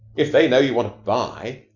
if they know you want to buy,